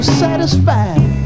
satisfied